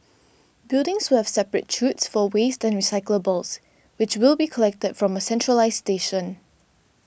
buildings will have separate chutes for waste and recyclables which will be collected from a centralised station